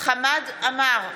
חמד עמאר,